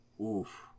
Oof